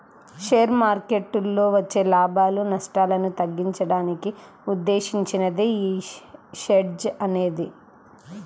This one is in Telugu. షేర్ మార్కెట్టులో వచ్చే లాభాలు, నష్టాలను తగ్గించడానికి ఉద్దేశించినదే యీ హెడ్జ్ అనేది